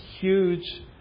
huge